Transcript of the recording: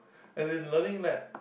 as in Learning Lab